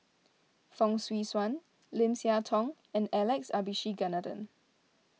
Fong Swee Suan Lim Siah Tong and Alex Abisheganaden